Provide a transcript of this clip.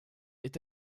est